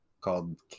called